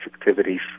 activities